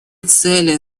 цели